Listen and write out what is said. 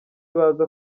baza